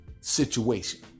situation